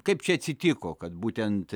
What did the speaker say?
kaip čia atsitiko kad būtent